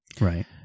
Right